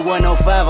105